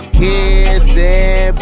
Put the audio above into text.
kissing